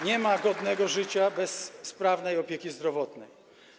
Nie ma godnego życia bez sprawnej opieki zdrowotnej.